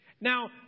Now